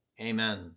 Amen